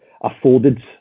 afforded